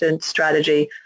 strategy